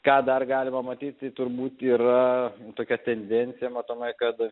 ką dar galima matyti turbūt yra tokia tendencija matomai kad